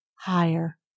higher